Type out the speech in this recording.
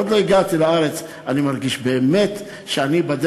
עוד לא הגעתי לארץ ואני מרגיש באמת שאני,